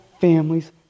families